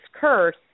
curse